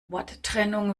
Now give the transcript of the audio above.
worttrennung